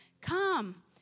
Come